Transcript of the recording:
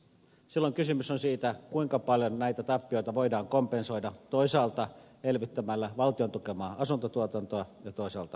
silloin kysymys on siitä kuinka paljon näitä tappioita voidaan kompensoida elvyttämällä toisaalta valtion tukemaa asuntotuotantoa ja toisaalta korjausrakentamista